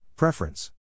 Preference